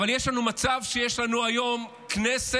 אבל יש לנו מצב שיש לנו היום כנסת,